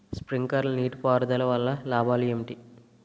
Sprinkler నీటిపారుదల వల్ల లాభాలు ఏంటి?